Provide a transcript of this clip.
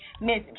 Miss